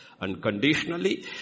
unconditionally